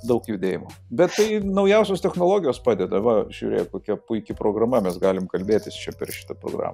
daug judėjimo bet tai ir naujausios technologijos padeda va žiūrėk kokia puiki programa mes galim kalbėtis čia per šitą programą